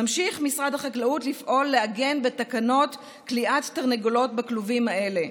ממשיך משרד החקלאות לפעול לעגן בתקנות כליאת תרנגולות בכלובים האלה.